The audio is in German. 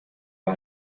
war